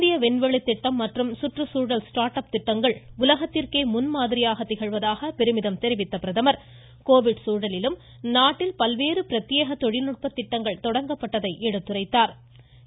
இந்திய விண்வெளி திட்டம் மற்றும் சுற்றுச்சூழல் ஸ்டார்ட் அப் திட்டங்கள் உலகத்திற்கே முன்மாதிரியாக திகழ்வதாக பெருமிதம் தெரிவித்த பிரதமர் கோவிட் சூழலிலும் நாட்டில் பல்வேறு பிரத்யேக தொழில்நுட்ப திட்டங்கள் தொடங்கப்பட்டதை எடுத்துரைத்தாா்